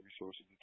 resources